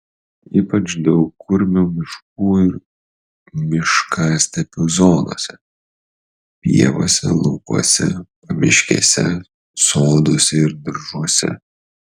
ypač daug kurmių miškų ir miškastepių zonose pievose laukuose pamiškėse soduose ir daržuose